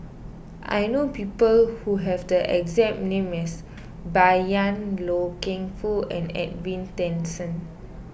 I know people who have the exact name as Bai Yan Loy Keng Foo and Edwin Tessensohn